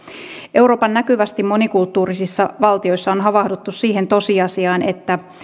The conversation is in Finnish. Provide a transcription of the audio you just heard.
euroopan näkyvästi monikulttuurisissa valtioissa on havahduttu siihen tosiasiaan että